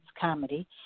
comedy